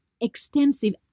extensive